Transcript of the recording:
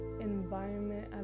environment